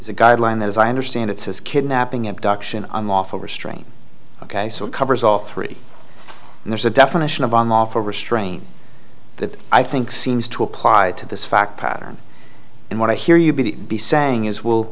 a guideline that as i understand it says kidnapping abduction unlawful restraint ok so it covers all three and there's a definition of i'm all for restraint that i think seems to apply to this fact pattern and what i hear you to be saying is will